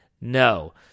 No